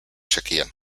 zekien